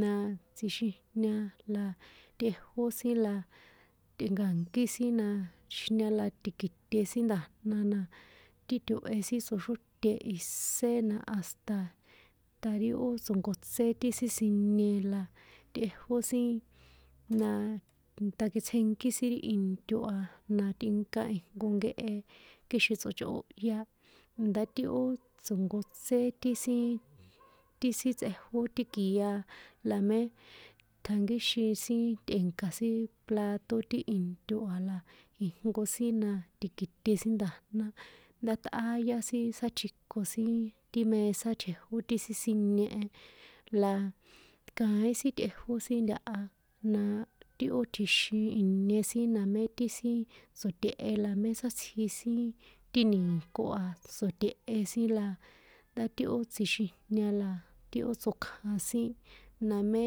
la tixin la tꞌejó sin la tꞌe̱nka̱nkí sin na, tsjixijña la ti̱ki̱te sin nda̱jna la títo̱he sin tsoxróte isé na hasta, ta̱ ri ó tso̱nkotsé ti sin sinie la, tꞌejó sin, naaaa, ntakitsjenkí sin ri into a, na tꞌinka ijnko nkehe kixin tso̱chóhya ndá ti ó tso̱nkotsé ti sin, ti sin tsꞌejó ti kia la mé ṭjankíxin sin tꞌe̱nke̱ sin plato ti into a la ijnko sin na ti̱ki̱te sin nda̱jna, ntá ṭꞌáyá sin sátjiko sin ti mesa tjejó ti sin sinie e, la kaín sin tꞌejó sin ntaha, naaa, ti ó tjixin inie sin namé ti sin tso̱te̱he la mé sátsji sin ti ni̱nko a, tso̱tie̱he sin la, ndá ti ó tsjixijña la ti ó tsokjan sin namé.